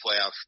playoffs